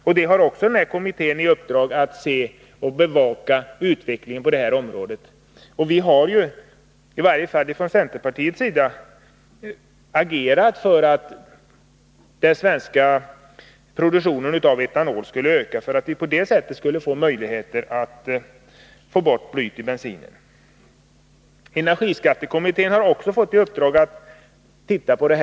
Bilavgaskommittén har i uppdrag att bevaka utvecklingen också på detta område. Och i varje fall centerpartiet har agerat för att den svenska produktionen av etanol skall öka, för att vi därigenom skall få bättre möjligheter att ta bort blyet i bensin. Också energiskattekommittén har ett uppdrag på detta område.